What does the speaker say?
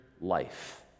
life